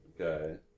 Okay